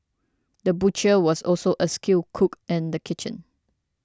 the butcher was also a skilled cook in the kitchen